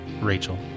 Rachel